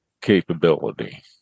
capability